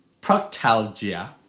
Proctalgia